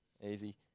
Easy